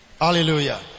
Hallelujah